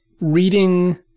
reading